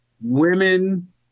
women